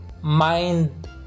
Mind